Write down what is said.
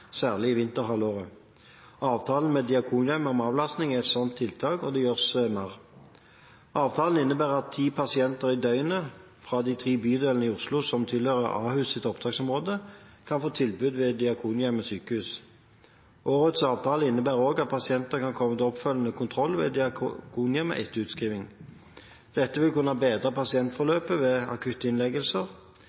særlig i vinterhalvåret. Avtalen med Diakonhjemmet om avlastning er et sånt tiltak, og det gjøres mer. Avtalen innebærer at ti pasienter i døgnet fra de ti bydelene i Oslo som tilhører Ahus’ opptaksområde, kan få tilbud ved Diakonhjemmet sykehus. Årets avtale innebærer også at pasienter kan komme til oppfølgende kontroll ved Diakonhjemmet etter utskriving. Dette vil kunne bedre pasientforløpet ved akuttinnleggelser.